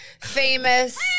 famous